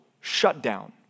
shutdown